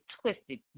twisted